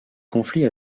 conflit